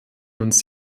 uns